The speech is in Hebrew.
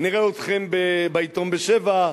נראה אתכם בעיתון "בשבע",